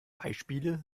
beispiele